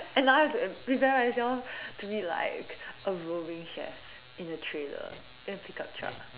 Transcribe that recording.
and now I have prepare myself to be like a roving chef in a trailer in a pick up truck